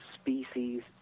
species